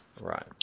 Right